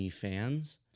fans